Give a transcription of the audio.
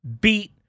beat